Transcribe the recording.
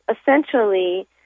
essentially